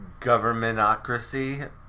governmentocracy